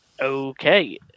Okay